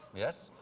yes?